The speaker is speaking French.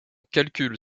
calcul